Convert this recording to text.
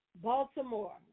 Baltimore